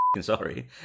Sorry